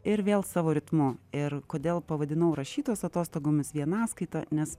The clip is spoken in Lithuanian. ir vėl savo ritmu ir kodėl pavadinau rašytojos atostogomis vienaskaita nes